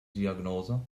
diagnose